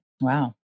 Wow